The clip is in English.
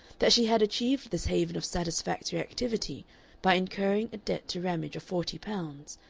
that she had achieved this haven of satisfactory activity by incurring a debt to ramage of forty pounds,